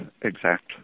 exact